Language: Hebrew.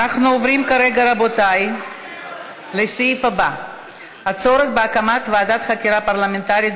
עברה בקריאה טרומית ועוברת לוועדת העבודה,